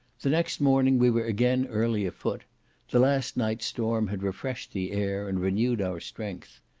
the next morning we were again early a foot the last night's storm had refreshed the air, and renewed our strength.